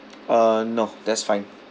uh no that's fine